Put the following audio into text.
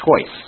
choice